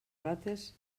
rates